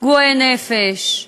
פגועי נפש,